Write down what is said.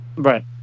right